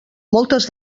moltes